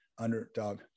underdog